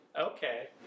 Okay